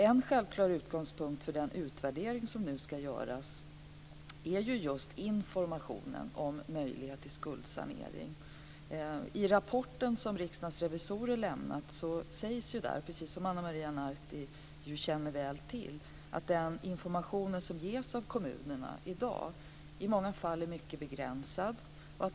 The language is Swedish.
En självklar utgångspunkt för den utvärdering som nu ska göras är just information om möjligheter till skuldsanering. I den rapport som Riksdagens revisorer har lämnat sägs det - precis som Ana Maria Narti känner väl till - att den information som i dag lämnas av kommunerna i många fall är mycket begränsad.